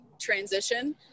transition